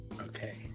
okay